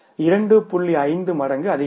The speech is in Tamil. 5 மடங்கு அதிகம்